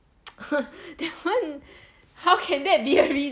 that one how can that be a reason